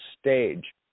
stage